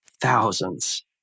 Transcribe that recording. thousands